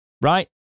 Right